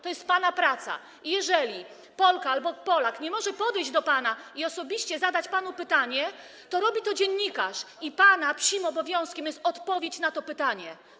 To jest pana praca i jeżeli Polka albo Polak nie może podejść do pana i osobiście zadać panu pytania, to robi to dziennikarz, a pana psim obowiązkiem jest odpowiedź na to pytanie.